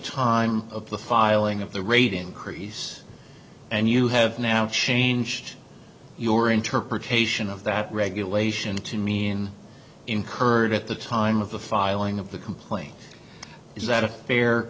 time of the filing of the rate increase and you have now changed your interpretation of that regulation to mean incurred at the time of the filing of the complaint is that a fair